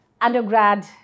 Undergrad